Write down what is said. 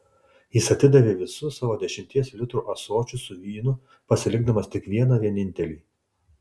jis atidavė visus savo dešimties litrų ąsočius su vynu pasilikdamas tik vieną vienintelį